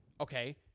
Okay